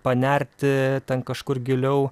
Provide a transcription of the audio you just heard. panerti ten kažkur giliau